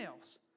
emails